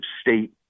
state